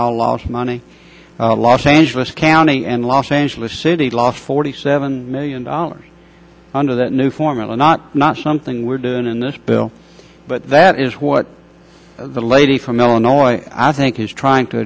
all lost money los angeles county and los angeles city lost forty seven million dollars under the new formula not not something we're doing in this bill but that is what the lady from illinois i think is trying to